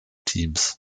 teams